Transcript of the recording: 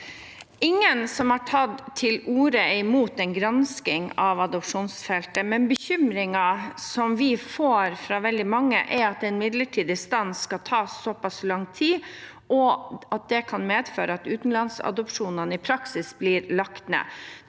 ingen som har tatt til orde mot en gransking av adopsjonsfeltet, men bekymringen vi får fra veldig mange, er at en midlertidig stans skal ta såpass lang tid, og at det kan medføre at utenlandsadopsjonene i praksis blir lagt ned.